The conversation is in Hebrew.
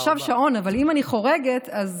עכשיו שעון, אבל אם אני חורגת, אז